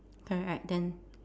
correct then